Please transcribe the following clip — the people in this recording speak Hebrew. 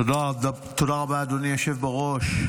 תודה רבה, אדוני היושב בראש.